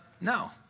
No